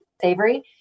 savory